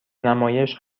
نمایش